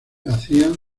hacían